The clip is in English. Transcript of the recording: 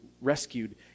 rescued